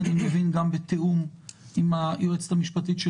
ואני מבין גם בתיאום עם היועצת המשפטית של